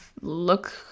look